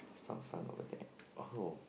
some fun over there oh